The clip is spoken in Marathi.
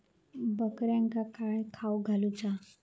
बकऱ्यांका काय खावक घालूचा?